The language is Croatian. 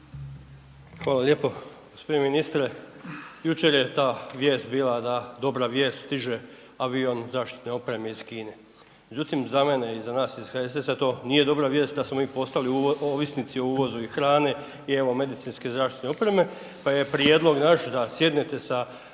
Hvala lijepo. Poštovani ministre. Jučer je ta vijest bila da dobra vijest stiže avion zaštitne opreme iz Kine. Međutim za mene i za nas iz HSS-a to nije dobra vijest da smo mi postali ovisnici o uvozu i hrane i evo medicinske zaštitne opreme, pa je prijedlog naš da sjednete sa